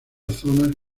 zonas